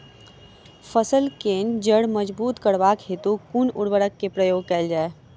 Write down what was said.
फसल केँ जड़ मजबूत करबाक हेतु कुन उर्वरक केँ प्रयोग कैल जाय?